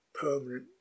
permanent